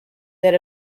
that